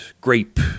grape